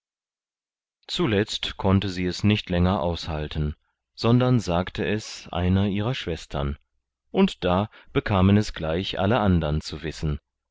zuletzt konnte sie es nicht länger aushalten sondern sagte es einer ihrer schwestern und da bekamen es gleich alle andern zu wissen